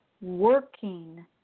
working